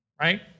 right